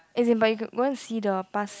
as in by you can go and see the past